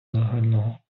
загального